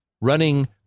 running